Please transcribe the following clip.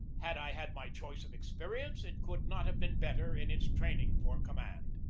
had i had my choice of experience, it could not have been better in its training for command.